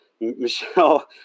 Michelle